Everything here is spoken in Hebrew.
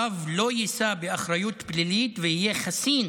רב לא יישא באחריות פלילית ויהיה חסין